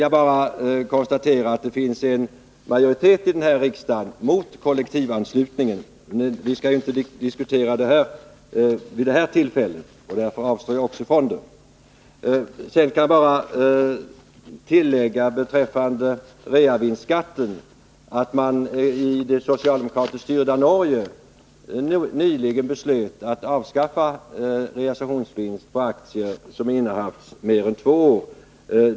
Jag konstaterar att det i den här riksdagen finns en majoritet mot kollektivanslutning — men vi skall ju inte diskutera den frågan vid det här tillfället, och därför avstår jag också från att göra det. Sedan kan jag bara tillägga beträffande reavinstskatten att man i det socialdemokratiskt styrda Norge nyligen beslöt att avskaffa realisationsvinst på aktier som innehafts i mer än två år.